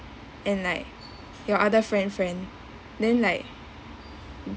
and like your other friend's friend then like